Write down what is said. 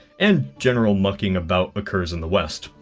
and general mucking about occurs in the west.